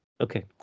Okay